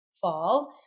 fall